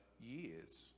years